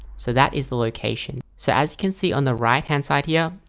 so that is the location so as you can see on the right-hand side here,